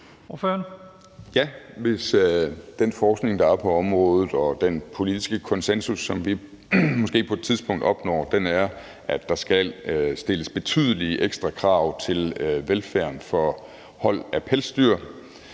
Ja, hvis den forskning, der er på området, og den politiske konsensus, som vi måske på et tidspunkt opnår, viser, at der skal stilles betydelige ekstra krav til velfærden i forbindelse med hold af pelsdyr.